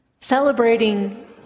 Celebrating